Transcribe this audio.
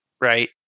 Right